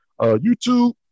YouTube